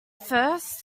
first